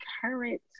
current